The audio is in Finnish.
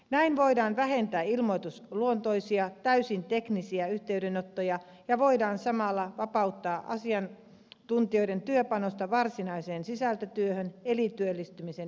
näin voidaan vähentää ilmoitusluontoisia täysin teknisiä yhteydenottoja ja voidaan samalla vapauttaa asiantuntijoiden työpanosta varsinaiseen sisältötyöhön eli työllistymisen edistämiseen